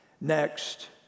Next